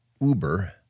Uber